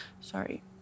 Sorry